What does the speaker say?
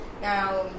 Now